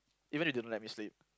even if they don't let me sleep